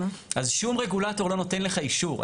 אז שום רגולטור לא נותן לך אישור.